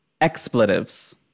Expletives